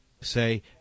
say